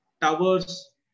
towers